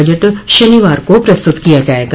budget शनिवार को प्रस्तुत किया जायेगा